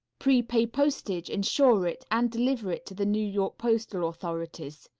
prepay postage, insure it, and deliver it to the new york postal authorities.